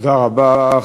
תודה רבה.